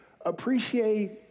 appreciate